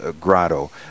grotto